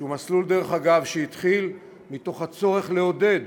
שהוא מסלול, דרך אגב, שהתחיל מתוך הצורך לעודד